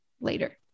later